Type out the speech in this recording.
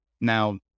Now